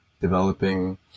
Developing